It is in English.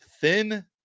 thin